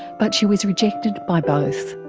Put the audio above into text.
but she was rejected by both.